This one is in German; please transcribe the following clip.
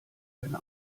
eine